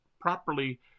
properly